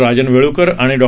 राजन वेळूकर आणि डॉ